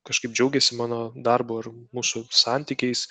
kažkaip džiaugiasi mano darbu ir mūsų santykiais